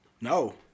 No